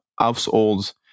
households